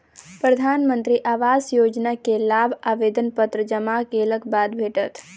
प्रधानमंत्री आवास योजना के लाभ आवेदन पत्र जमा केलक बाद भेटत